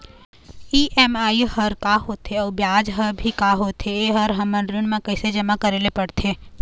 EMI हर का होथे अऊ ब्याज हर भी का होथे ये हर हमर ऋण मा कैसे जमा करे ले पड़ते?